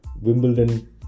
Wimbledon